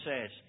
says